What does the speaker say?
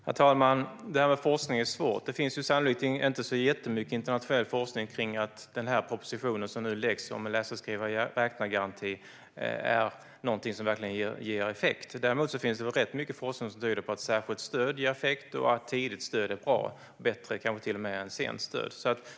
Herr talman! Det här med forskning är svårt. Det finns sannolikt inte jättemycket internationell forskning som säger att den läsa-skriva-räkna-garanti som nu föreslås är någonting som verkligen ger effekt. Däremot finns det rätt mycket forskning som tyder på att särskilt stöd ger effekt och att tidigt stöd är bra - kanske till och med bättre än sent stöd.